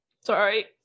sorry